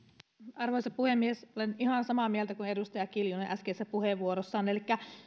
arvoisa puhemies olen ihan samaa mieltä kuin edustaja kiljunen äskeisessä puheenvuorossaan